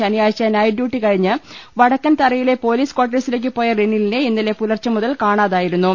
ശനിയാഴ്ച night duty കഴിഞ്ഞ് വടക്കൻതറയിലെ പൊലീസ് കോട്ടേ ഴ്സിലേക്കു പോയ റിനിലിനെ ഇന്നലെ പുലർച്ചെ മുതൽ കാണാതായിരു ന്നു